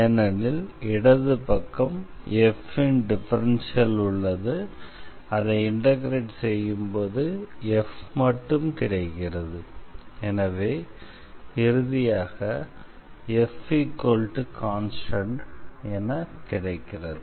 ஏனெனில் இடது பக்கம் f ன் டிஃபரன்ஷியல் உள்ளது அதை இண்டெக்ரேட் செய்யும்போது f மட்டும் கிடைக்கிறது எனவே இறுதியாக f கான்ஸ்டண்ட் என கிடைக்கிறது